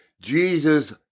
Jesus